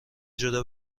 جدا